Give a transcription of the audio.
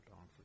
on